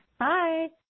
Hi